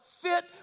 fit